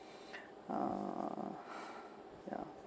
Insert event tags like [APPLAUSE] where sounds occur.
uh [BREATH] ya